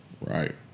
Right